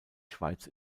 schweiz